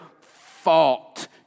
fault